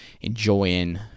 enjoying